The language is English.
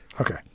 Okay